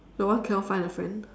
the one who cannot find the friend